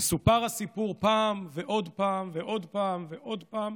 יסופר הסיפור פעם, ועוד פעם, ועוד פעם, ועוד פעם,